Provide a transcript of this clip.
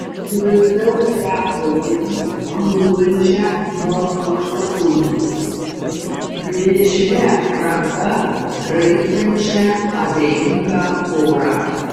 įsivaizdavau šią moterį griūvančią nuo aukštakulnių plėšria ranka graibstančią abejingą orą